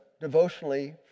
devotionally